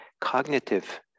cognitive